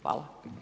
Hvala.